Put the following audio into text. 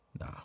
Nah